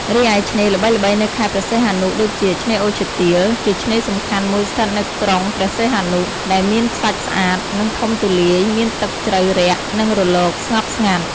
រីឯឆ្នេរល្បីៗនៅខេត្តព្រះសីហនុដូចជា ឆ្នេរអូរឈើទាល ជាឆ្នេរសំខាន់មួយស្ថិតនៅក្រុងព្រះសីហនុ ដែលមានខ្សាច់ស្អាត និងធំទូលាយ មានទឹកជ្រៅរាក់ និងរលក ស្ងប់ស្ងាត់។